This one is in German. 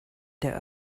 der